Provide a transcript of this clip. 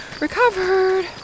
recovered